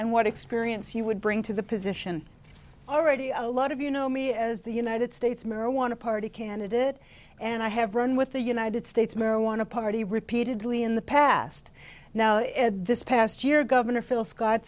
and what experience he would bring to the position already a lot of you know me as the united states marijuana party candidate and i have run with the united states marijuana party repeatedly in the past now this past year governor phil scott